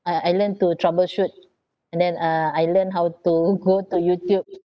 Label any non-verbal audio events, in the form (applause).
I I learn to troubleshoot and then uh I learn how to (laughs) go to YouTube